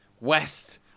West